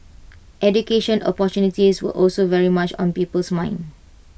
education opportunities were also very much on people's minds